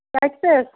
کَتہِ پٮ۪ٹھ